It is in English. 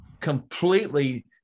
completely